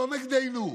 לא נגדנו.